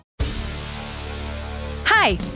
Hi